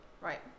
Right